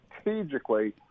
strategically